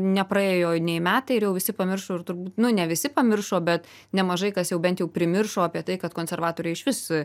nepraėjo nei metai ir jau visi pamiršo ir turbūt nu ne visi pamiršo bet nemažai kas jau bent jau primiršo apie tai kad konservatoriai iš vis